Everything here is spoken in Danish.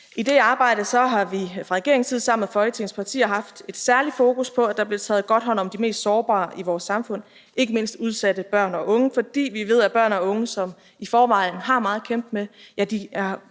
I det arbejde har vi fra regeringens side sammen med Folketingets partier haft et særligt fokus på, at der bliver taget godt hånd om de mest sårbare i vores samfund, ikke mindst udsatte børn og unge, fordi vi ved, at børn og unge, som i forvejen har meget at kæmpe med, har haft en